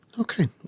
Okay